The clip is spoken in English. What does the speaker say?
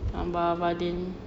gambar abang din